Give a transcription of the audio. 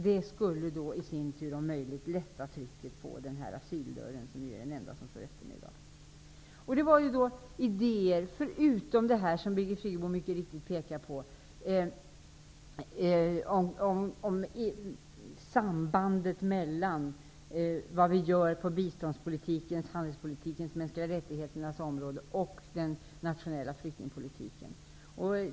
Det skulle lätta trycket på dörren för asylsökande, vilken är den enda som i dag står öppen. Det här är idéer, och Birgit Friggebo pekade mycket riktigt på andra, om sambandet mellan vad som görs på biståndspolitikens, handelspolitikens och de mänskliga rättigheternas områden och den nationella flyktingpolitiken.